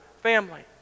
family